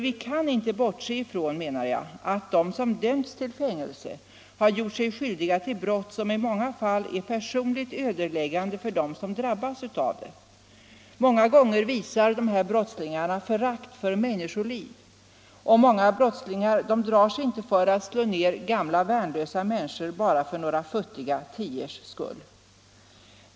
Vi kan inte bortse ifrån, menar jag, att de som döms till fängelse har gjort sig skyldiga till brott som i många fall är personligt ödeläggande för dem som drabbas av det. Många gånger visar dessa brottslingar förakt för människoliv, och somliga brottslingar drar sig inte för att slå ned gamla och värnlösa människor för några futtiga tiors skull.